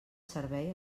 servei